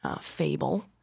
fable